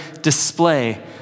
display